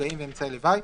נגעים ואמצעי לוואי),